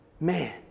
man